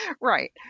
right